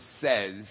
says